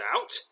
out